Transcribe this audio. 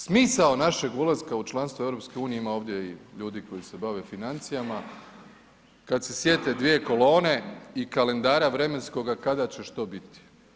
Smisao našeg ulaska u članstvo EU-a, ima ovdje i ljudi koji se bave financijama, kad se sjete dvije kolone i kalendara vremenskoga kada će što biti.